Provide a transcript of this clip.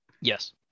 Yes